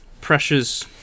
pressure's